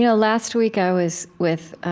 you know last week, i was with